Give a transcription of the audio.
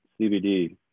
CBD